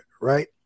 right